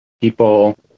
people